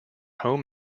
home